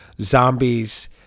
zombies